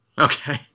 Okay